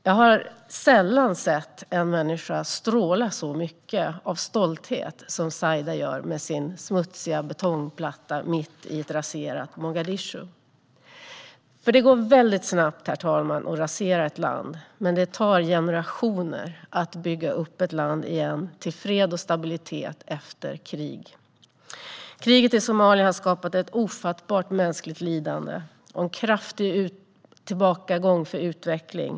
Jag har sällan sett en människa stråla så mycket av stolthet som Saida gjorde med sin smutsiga betongplatta mitt i ett raserat Mogadishu. Herr talman! Det går väldigt snabbt att rasera ett land, men det tar generationer att bygga upp ett land igen till fred och stabilitet efter krig. Kriget i Somalia har skapat ett ofattbart mänskligt lidande och en kraftig tillbakagång för utveckling.